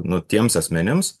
nu tiems asmenims